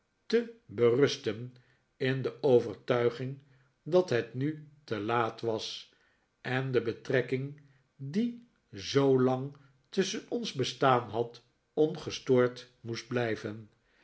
te berusten in de overtuiging dat het nu te laat was en de betrekkihg die zoolang tusschen ons bestaan had ongestoord moest blijven